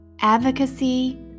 Advocacy